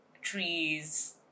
trees